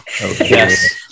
Yes